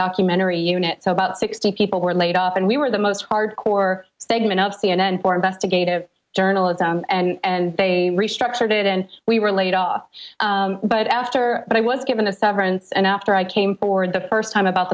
documentary unit so about sixty people were laid off and we were the most hard core segment of c n n for investigative journalism and they restructured it and we were laid off but after that i was given a severance and after i came aboard the first time about